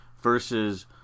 versus